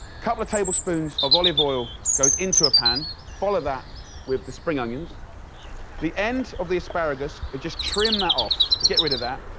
couple tablespoons of olive oil goes into a pan follow that with the spring onions the ends of the asparagus, just trim that off. get rid of that.